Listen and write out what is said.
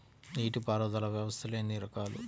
నీటిపారుదల వ్యవస్థలు ఎన్ని రకాలు?